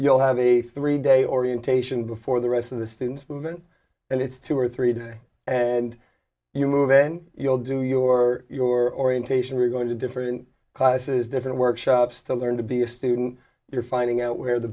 you'll have a three day orientation before the rest of the student movement and it's two or three days and you move then you'll do your your orientation you're going to different classes different workshops to learn to be a student you're finding out where the